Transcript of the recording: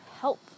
help